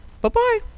Bye-bye